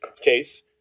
case